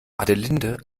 adelinde